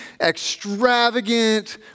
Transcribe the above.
extravagant